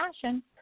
passion